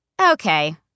Okay